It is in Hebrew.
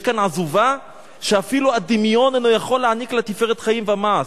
יש כאן עזובה שאפילו הדמיון אינו יכול להעניק לה תפארת חיים ומעש.